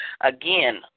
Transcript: Again